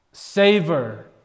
Savor